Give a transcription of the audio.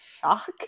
shock